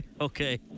Okay